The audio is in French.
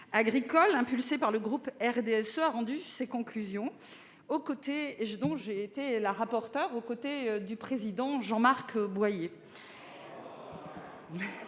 agricole, impulsée par le groupe RDSE, et dont j'ai été la rapporteure aux côtés du président Jean-Marc Boyer